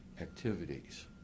activities